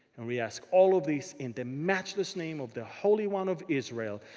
and we ask all of this in the matchless name of the holy one of israel.